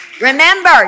Remember